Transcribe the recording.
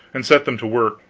and set them to work,